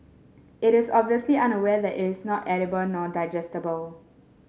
it is obviously unaware that it is not edible nor digestible